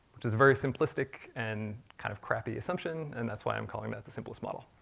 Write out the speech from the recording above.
which is very simplistic and kind of crappy assumption, and that's why i'm calling that the simplest model.